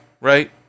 right